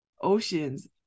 Ocean's